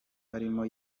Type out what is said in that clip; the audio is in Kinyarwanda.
arimo